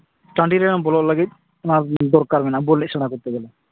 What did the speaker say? ᱴᱟᱺᱰᱤ ᱨᱮ ᱵᱚᱞᱚᱜ ᱞᱟᱹᱜᱤᱫ ᱚᱱᱟ ᱫᱚᱨᱠᱟᱨ ᱢᱮᱱᱟᱜᱼᱟ ᱵᱚᱞ ᱮᱱᱮᱡ ᱥᱮᱬᱟ ᱠᱚᱛᱛᱮ ᱜᱮᱞᱮ